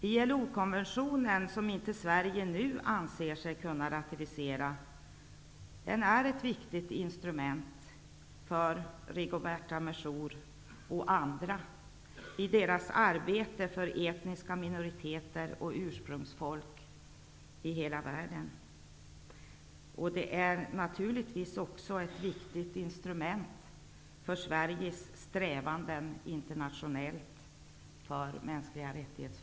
ILO-konventionen, vilken Sverige nu inte anser sig kunna ratificera, är ett viktigt instrument för Rigoberta Menchú och andra i deras arbete för etniska minoriteter och ursprungsfolk i hela världen. Den är naturligtvis också ett viktigt instrument för Sveriges strävanden internationellt för frågor om mänskliga rättigheter.